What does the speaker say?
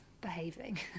behaving